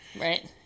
Right